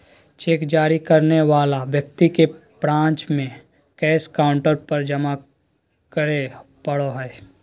cheque जारी करे वाला व्यक्ति के ब्रांच में कैश काउंटर पर जमा करे पड़ो हइ